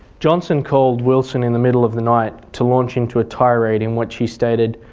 johnson called wilson in the middle of the night to launch into a tirade in which he stated,